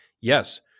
Yes